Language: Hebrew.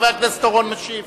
חבר הכנסת אורון משיב.